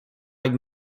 like